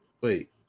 Wait